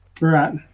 Right